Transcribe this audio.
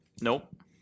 Nope